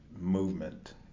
movement